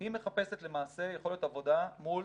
היא מחפשת למעשה יכולת עבודה מול